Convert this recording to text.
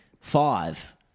Five